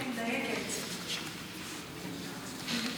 תושבי אשקלון,